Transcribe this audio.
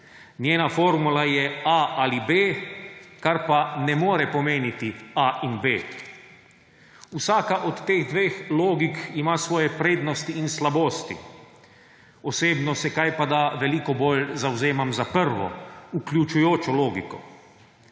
Njena formula je a ali b, kar pa ne more pomeniti a in b. Vsaka od teh dveh logik ima svoje prednosti in slabosti. Osebno se kajpada veliko bolj zavzemam za prvo, vključujočo logiko.